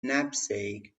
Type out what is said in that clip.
knapsack